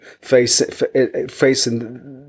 facing